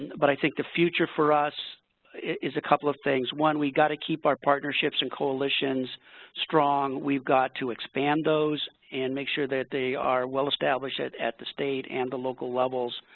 but i think the future for us is a couple of things. one, we've got to keep our partnerships and coalitions are strong. we've got to expand those and make sure that they are well-established at at the state and local levels